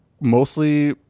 mostly